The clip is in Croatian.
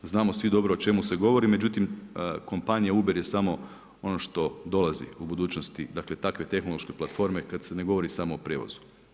Znamo svi dobro o čemu se govori međutim kompanija ubire samo ono što dolazi u budućnosti, dakle takve tehnološke platforme kada se ne govori samo o prijevozu.